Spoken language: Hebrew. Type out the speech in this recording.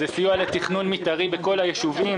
זה סיוע לתכנון מתארי בכל היישובים,